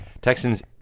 Texans